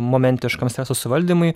momentiškam streso suvaldymui